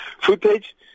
Footage